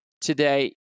today